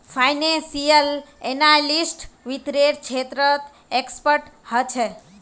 financial analyst वित्त्तेर क्षेत्रत expert ह छे